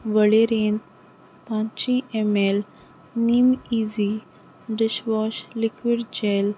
वळेरेंत पांचशीं M L neem easy dishwash liquid gel